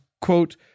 quote